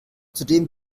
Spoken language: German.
zudem